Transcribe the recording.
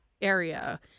area